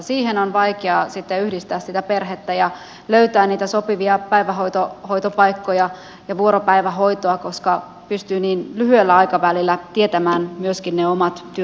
siihen on vaikea sitten yhdistää sitä perhettä ja löytää niitä sopivia päivähoitopaikkoja ja vuoropäivähoitoa koska pystyy niin lyhyellä aikavälillä tietämään ne omat työaikansa